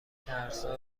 درسا